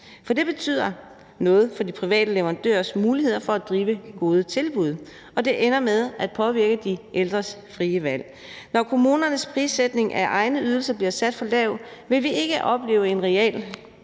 for det betyder noget for de private leverandørers muligheder for at drive gode tilbud, og det ender med at påvirke de ældres frie valg. Når kommunernes prissætning af egne ydelser bliver sat for lavt, vil vi ikke opleve en reel